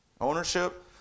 Ownership